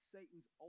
Satan's